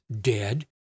dead